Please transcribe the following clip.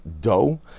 dough